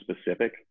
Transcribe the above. specific